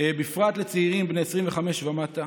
בפרט לצעירים בני 25 ומטה.